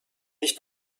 nicht